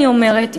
אני אומרת,